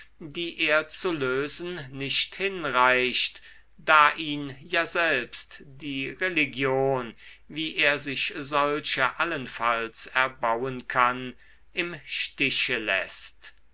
die er zu lösen nicht hinreicht da ihn ja selbst die religion wie er sich solche allenfalls erbauen kann im stiche läßt